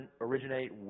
originate